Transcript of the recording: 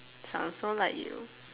sounds more like you